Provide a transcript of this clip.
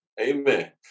Amen